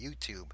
YouTube